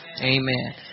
Amen